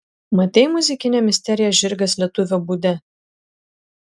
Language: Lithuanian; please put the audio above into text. matei muzikinę misteriją žirgas lietuvio būde